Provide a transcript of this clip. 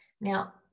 Now